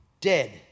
dead